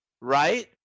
right